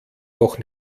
noch